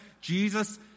Jesus